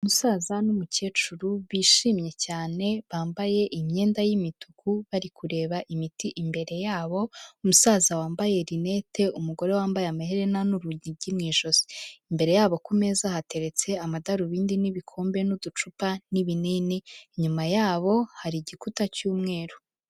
Umusaza n'umukecuru bishimye cyane bambaye imyenda yimituku bari kureba imiti imbere yabo umusaza wambaye linette umugore wambaye amaherena n'urugigi mw'ijosi imbere yabo kumeza hateretse amadarubindi n'ibikombe n'uducupa n'ibinini inyuma yabo hari igikuta cyumweru.